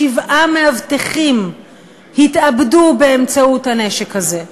שבעה מאבטחים התאבדו באמצעות הנשק הזה.